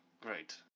great